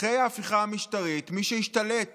אחרי ההפיכה המשטרית, מי שישתלט